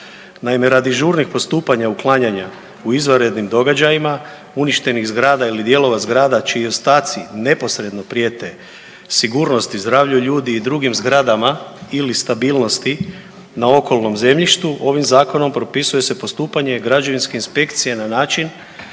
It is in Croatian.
Naime, radi žurnih postupanja uklanjanja u izvanrednim događajima uništenih zgrada ili dijelova zgrada čiji ostaci neposredno prijete sigurnosti, zdravlju ljudi i drugim zgradama ili stabilnosti na okolnom zemljištu, ovim zakonom propisuje se postupanje građevinske inspekcije na način